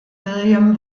william